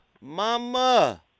mama